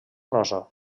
rosa